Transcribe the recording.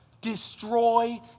destroy